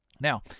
Now